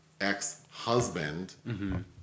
ex-husband